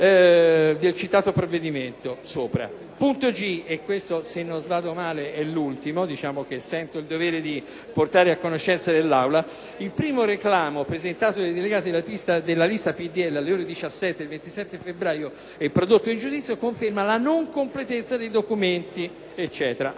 il primo reclamo, presentato dai delegati della lista PdL alle ore 17 del 27 febbraio e prodotto in giudizio, conferma la non completezza dei documenti.